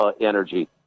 energy